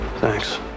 Thanks